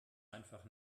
einfach